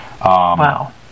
Wow